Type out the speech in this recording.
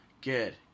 Good